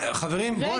חברים, בואו נעבור על זה.